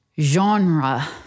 genre